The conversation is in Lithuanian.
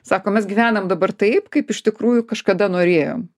sako mes gyvenam dabar taip kaip iš tikrųjų kažkada norėjom